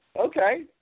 okay